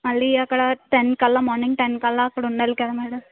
మళ్ళీ అక్కడ టెన్కల్లా మార్నింగ్ టెన్కల్లా అక్కడ ఉండాలి కదా మేడం